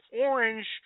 orange